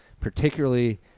particularly